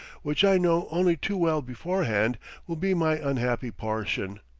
which i know only too well beforehand will be my unhappy portion,